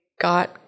got